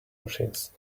machines